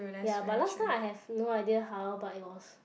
ya but last time I have no idea how but it was